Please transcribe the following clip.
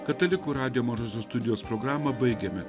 katalikų radijo mažosios studijos programą baigėme